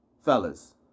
fellas